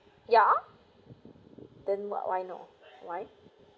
ya then why why not why